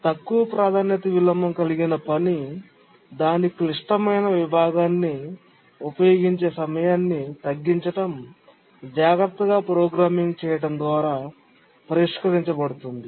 తక్కువ ప్రాధాన్యత విలోమం కలిగిన పని దాని క్లిష్టమైన విభాగాన్ని ఉపయోగించే సమయాన్ని తగ్గించడం జాగ్రత్తగా ప్రోగ్రామింగ్ చేయడం ద్వారా పరిష్కరించబడుతుంది